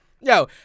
Yo